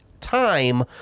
time